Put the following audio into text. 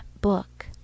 book